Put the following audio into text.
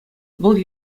вӑл